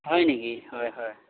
হয় নেকি হয় হয়